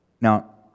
Now